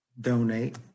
donate